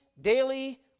daily